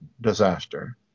disaster